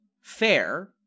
fair